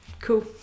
cool